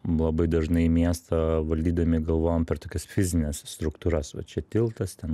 labai dažnai miestą valdydami galvojam per tokias fizines struktūras va čia tiltas ten